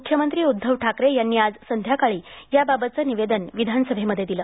मुख्यमंत्री उद्धव ठाकरे यांनी आज संध्याकाळी याबाबतचं निवेदन विधानसभेमध्ये केलं